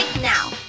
now